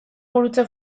gurutze